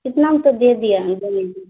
کتنا ہم تو دے دیا